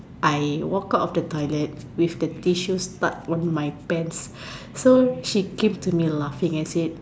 I walk out of the toilet with the tissue stuck on my pants so she came to me and said